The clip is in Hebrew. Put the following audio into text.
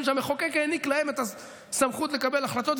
שהמחוקק העניק להם את הסמכות לקבל החלטות,